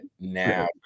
now